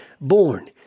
born